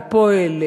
"הפועל",